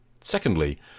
Secondly